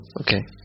Okay